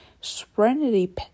serenity